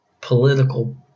political